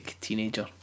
teenager